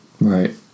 right